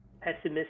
pessimistic